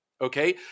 okay